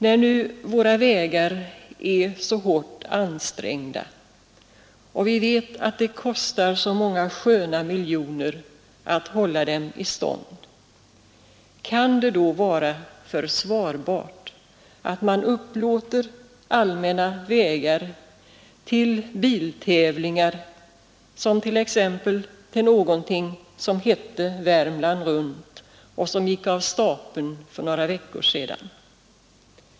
När nu våra vägar är så hårt ansträngda, och när vi vet att det kostar så många sköna miljoner att hålla dem i stånd, kan det då vara försvarbart att upplåta allmänna vägar till biltävlingar, t.ex. någonting som heter ”Värmland runt”, som gick av stapeln för några veckor sedan?